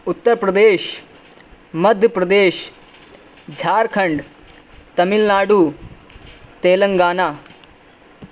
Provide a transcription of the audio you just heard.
Uttar Pradesh Madhya Pradesh Jharkhand Tamil Nadu Telangana